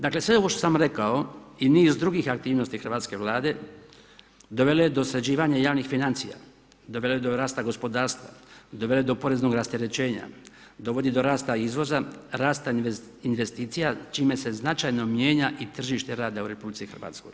Dakle, sve ovo što sam rekao i niz drugih aktivnosti hrvatske Vlade, dovelo je do sređivanja javnih financija, dovelo je do rasta gospodarstva, dovelo je do poreznog rasterećenja, dovodi do rasta izvoza, rasta investicija, čime se značajno mijenja i tržište rada u RH.